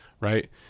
right